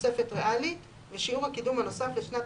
תוספת ריאלית ושיעור הקידום הנוסף לשנת